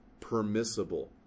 permissible